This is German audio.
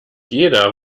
jeder